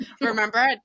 Remember